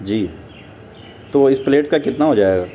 جی تو اس پلیٹ کا کتنا ہو جائے گا